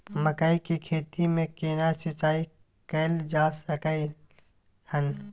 मकई की खेती में केना सिंचाई कैल जा सकलय हन?